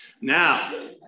Now